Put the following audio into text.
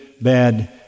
bad